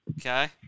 Okay